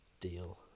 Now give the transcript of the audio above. deal